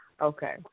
Okay